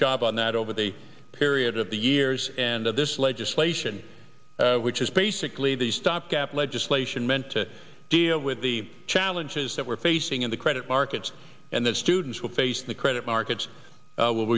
job on that over the period of the years and that this legislation which is basically the stopgap legislation meant to deal with the challenges that we're facing in the credit markets and that students will face the credit markets will